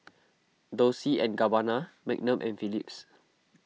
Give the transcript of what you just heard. Dolce and Gabbana Magnum and Philips